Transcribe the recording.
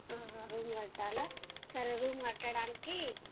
room కట్టాలా సరే room కట్టడానికి